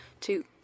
two